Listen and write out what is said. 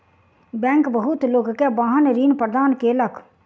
bank बहुत लोक के वाहन ऋण प्रदान केलक